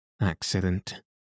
accident